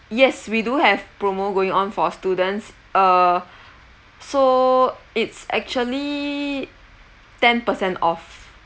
yes we do have promo going on for students uh so it's actually ten percent off